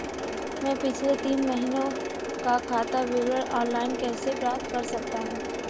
मैं पिछले तीन महीनों का खाता विवरण ऑनलाइन कैसे प्राप्त कर सकता हूं?